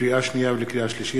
לקריאה שנייה ולקריאה שלישית,